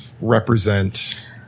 represent